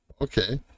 Okay